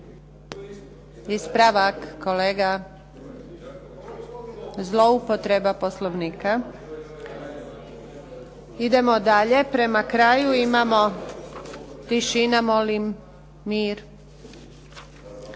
Ispravak kolega! Zloupotreba Poslovnika! Idemo dalje, prema kraju, imamo, tišina molim, mir.